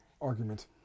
argument